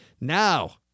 Now